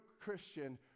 Christian